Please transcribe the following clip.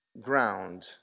ground